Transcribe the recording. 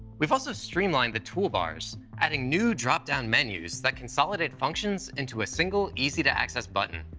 we've also streamlined the toolbars, adding new drop-down menus that consolidate functions into a single, easy-to-access button.